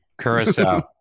Curacao